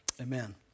Amen